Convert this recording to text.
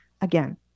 Again